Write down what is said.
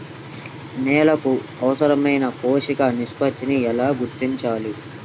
నేలలకు అవసరాలైన పోషక నిష్పత్తిని ఎలా గుర్తించాలి?